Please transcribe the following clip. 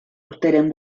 urteren